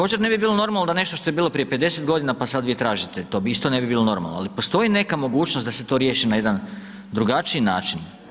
Također ne bi bilo normalno da nešto što je bilo prije 50 g. pa sada vi tražite, to isto ne bi bilo normalno, ali postoji neka mogućnost da se to riješi na jedan drugačiji način.